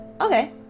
Okay